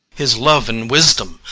his love and wisdom,